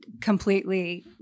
completely